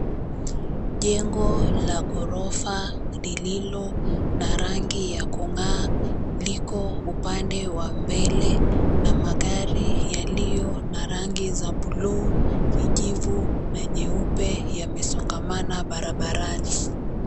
Jengo la ghorofa lililo na rangi ya kung'aa liko upande wa mbele na magari yaliyo na rangi za bluu, kijivu, na nyeupe yamesongamana barabarani.